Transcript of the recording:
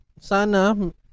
sana